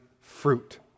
fruit